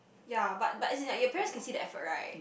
ya but but as in like your parents can see the effort right